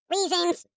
Reasons